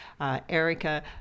Erica